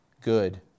good